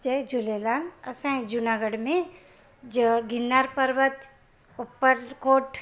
जय झूलेलाल असांजे जूनागढ़ में ज गिरनार पर्वत ऊपरकोट